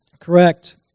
Correct